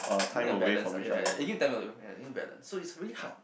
you need a balance ah ya ya you need time off you need a balance so it's really hard